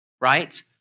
Right